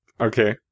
Okay